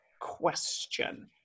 question